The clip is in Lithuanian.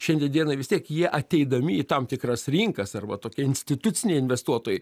šiandie dienai vis tiek jie ateidami į tam tikras rinkas arba tokie instituciniai investuotojai